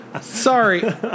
Sorry